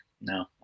No